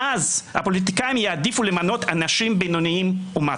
ואז הפוליטיקאים יעדיפו למנות אנשים בינוניים ומטה.